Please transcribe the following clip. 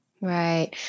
Right